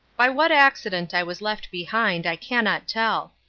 by what accident i was left behind i cannot tell.